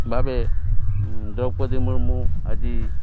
ଭାବେ ଦ୍ରୌପଦୀ ମୂର୍ମୁ ଆଜି